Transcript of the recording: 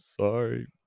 sorry